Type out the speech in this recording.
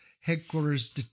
headquarters